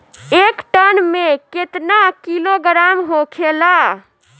एक टन मे केतना किलोग्राम होखेला?